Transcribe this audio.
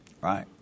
Right